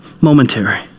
momentary